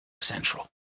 central